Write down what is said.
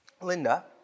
Linda